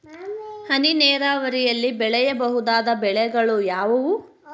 ಹನಿ ನೇರಾವರಿಯಲ್ಲಿ ಬೆಳೆಯಬಹುದಾದ ಬೆಳೆಗಳು ಯಾವುವು?